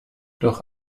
doch